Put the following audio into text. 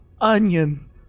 onion